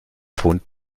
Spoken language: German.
pfund